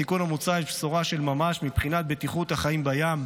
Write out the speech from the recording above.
בתיקון המוצע יש בשורה של ממש מבחינת בטיחות החיים בים: